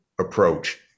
approach